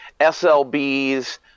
SLBs